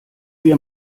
wir